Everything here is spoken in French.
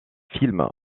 film